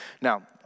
Now